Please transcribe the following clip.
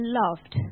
loved